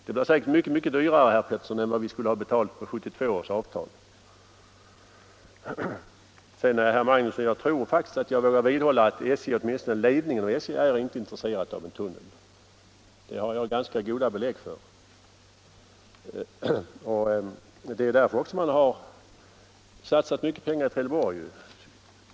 Det blir säkert mycket dyrare, herr Pettersson, än vad vi skulle ha betalat med 1972 års avtal. Jag tror faktiskt, herr Magnusson i Kristinehamn, att jag vågar vidhålla att åtminstone SJ:s ledning inte är intresserad av en tunnel. Det har jag ganska goda belägg för. Det är också därför man satsat mycket pengar i Trelleborg.